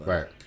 Right